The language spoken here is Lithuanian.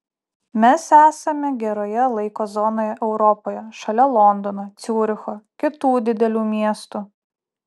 mes esame geroje laiko zonoje europoje šalia londono ciuricho kitų didelių miestų